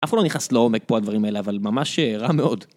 אף אחד לא נכנס לעומק פה הדברים האלה, אבל ממש רע מאוד.